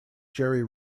jerry